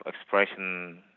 expression